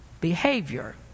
behavior